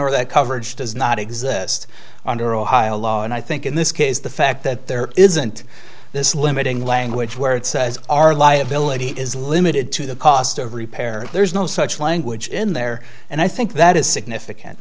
or that coverage does not exist under ohio law and i think in this case the fact that there isn't this limiting language where it says our liability is limited to the cost of repair there's no such language in there and i think that is significant